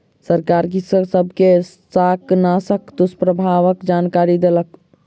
सरकार कृषक सब के शाकनाशक दुष्प्रभावक जानकरी देलक